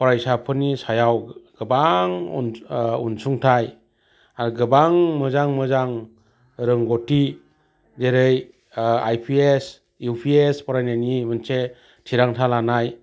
फरायसाफोरनि सायाव गोबां अनसुंथाय आरो गोबां मोजां मोजां रोंगथि जेरै I P S U P S C फरायनायनि मोनसे थिरांथा लानाय